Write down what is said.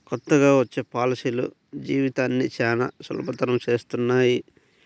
కొత్తగా వచ్చే పాలసీలు జీవితాన్ని చానా సులభతరం చేస్తున్నాయి